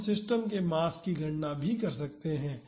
तो हम सिस्टम के मास की गणना कर सकते हैं